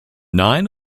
nine